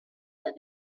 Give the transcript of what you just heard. that